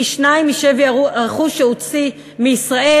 פי-שניים משווי הרכוש שהוציא מישראל,